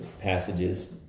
passages